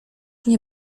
nie